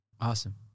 Awesome